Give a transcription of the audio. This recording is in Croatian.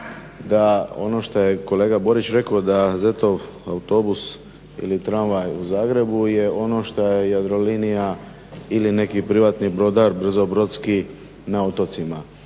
da ono što je kolega Borić rekao da ZET-ov autobus ili tramvaj u Zagrebu je ono šta je Jadrolinija ili neki privatni brodar brzo brodski na otocima.